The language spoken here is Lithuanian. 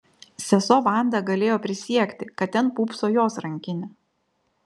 sesuo vanda galėjo prisiekti kad ten pūpso jos rankinė